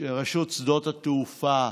רשות שדות התעופה,